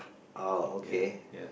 oh okay